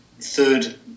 third